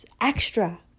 extra